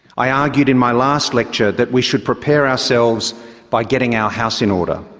i argued in my last lecture that we should prepare ourselves by getting our house in order.